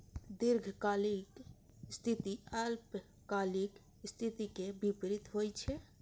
दीर्घकालिक स्थिति अल्पकालिक स्थिति के विपरीत होइ छै